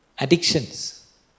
Addictions